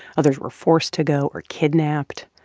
others were forced to go or kidnapped.